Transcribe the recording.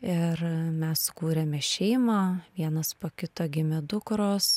ir mes sukūrėme šeimą vienas po kito gimė dukros